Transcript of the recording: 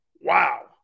Wow